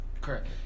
correct